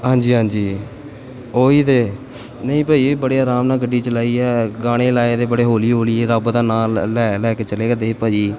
ਹਾਂਜੀ ਹਾਂਜੀ ਉਹੀ ਤਾਂ ਨਹੀਂ ਭਾਅ ਜੀ ਬੜੇ ਆਰਾਮ ਨਾਲ ਗੱਡੀ ਚਲਾਈ ਹੈ ਗਾਣੇ ਲਾਏ ਦੇ ਬੜੇ ਹੌਲੀ ਹੌਲੀ ਰੱਬ ਦਾ ਨਾਂ ਲ ਲੈ ਲੈ ਕੇ ਚੱਲਿਆ ਕਰਦੇ ਸੀ ਭਾਅ ਜੀ